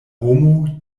homo